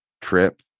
trip